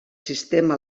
sistema